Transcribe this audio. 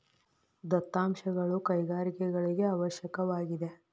ದತ್ತಾಂಶವು ಕೈಗಾರಿಕೆಗಳಿಗೆ ಅವಶ್ಯಕವಾಗಿದೆ